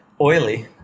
Oily